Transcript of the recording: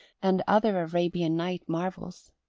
and other arabian night marvels.